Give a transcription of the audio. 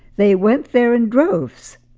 they went there in droves.